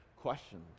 questions